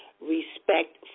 respect